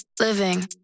Living